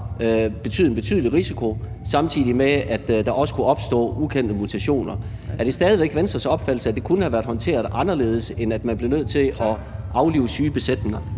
medføre en betydelig risiko, samtidig med at der også kunne opstå ukendte mutationer. Er det stadig væk Venstres opfattelse, at det kunne have været håndteret anderledes end ved, at man blev nødt til at aflive syge besætninger?